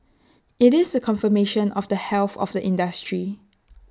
IT is A confirmation of the health of the industry